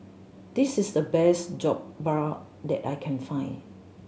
this is the best Jokbal that I can find